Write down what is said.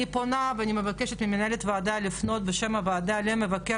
אני פונה ואני מבקשת ממנהלת הוועדה לפנות בשם הוועדה למבקר